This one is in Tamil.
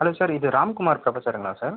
ஹலோ சார் இது ராம்குமார் ப்ரொஃபஸருங்களா சார்